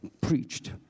preached